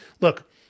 look